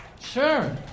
Sure